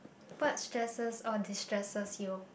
what stresses or destresses you